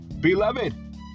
Beloved